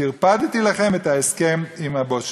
טרפדתי לכם את ההסכם עם הבוס שלך.